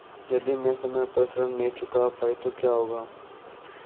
यदि मैं समय पर ऋण नहीं चुका पाई तो क्या होगा?